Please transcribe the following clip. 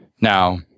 Now